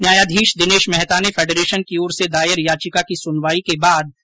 न्यायाधीश दिनेश मेहता ने फैडरेशन की ओर से दायर याचिका की सुनवाई के बाद यह आदेश दिए